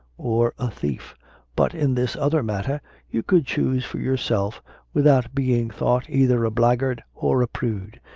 or a thief but in this other matter you could choose for yourself without being thought either a blackguard or a prude,